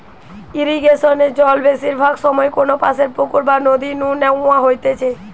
ইরিগেশনে জল বেশিরভাগ সময় কোনপাশের পুকুর বা নদী নু ন্যাওয়া হইতেছে